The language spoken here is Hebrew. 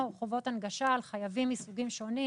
חובות הנגשה על חייבים מסוגים שונים,